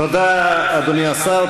תודה, אדוני השר.